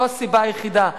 זו הסיבה היחידה.